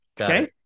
Okay